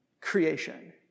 creation